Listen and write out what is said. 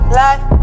life